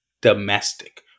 domestic